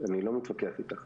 אני לא מתווכח איתך.